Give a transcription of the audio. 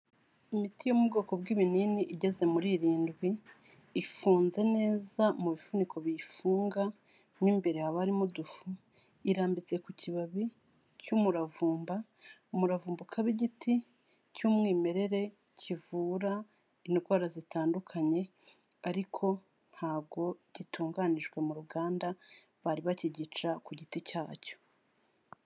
Imiti yo mu bwoko bw'ibinini igeze muri irindwi. Ifunze neza mu bifuniko biyifunga, mo imbere haba harimo udufu. Irambitse ku kibabi cy'umuravumba, umuravumba ukaba igiti cy'umwimerere kivura indwara zitandukanye, ariko ntabwo gitunganyijwe mu ruganda bari bakigica ku giti cyacyo.